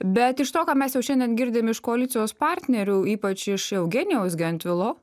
bet iš to ką mes jau šiandien girdim iš koalicijos partnerių ypač iš eugenijaus gentvilo